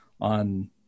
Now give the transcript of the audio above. on